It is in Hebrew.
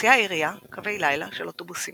מציעה העירייה קווי לילה של אוטובוסים,